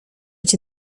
cię